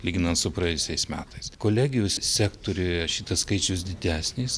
lyginant su praėjusiais metais kolegijų sektoriuje šitas skaičius didesnis